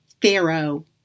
Pharaoh